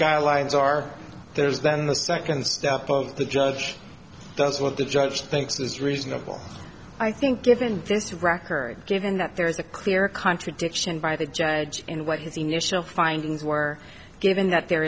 guidelines are there's then the second step of the judge that's what the judge thinks is reasonable i think given this record given that there is a clear contradiction by the judge in what his initial findings were given that there